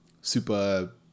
super